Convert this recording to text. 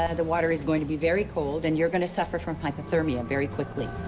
ah the water is going to be very cold and you're going to suffer from hypothermia very quickly.